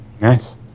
nice